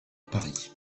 paris